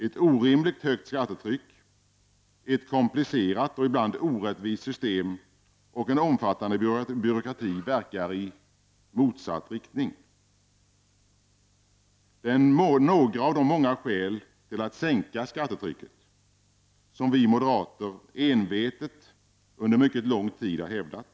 Ett orimligt högt skattetryck, ett komplicerat och ibland orättvist system och en omfattande byråkrati verkar i motsatt riktning. Detta är några av de många skäl för att sänka skattetrycket som vi moderater envetet under lång tid har hävdat.